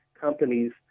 companies